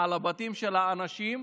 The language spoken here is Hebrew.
על הבתים של האנשים,